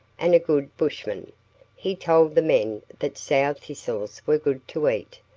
and a good bushman he told the men that sow thistles were good to eat,